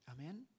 Amen